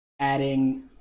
adding